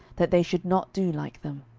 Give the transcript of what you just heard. that they should not do like them.